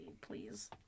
please